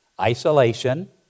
Isolation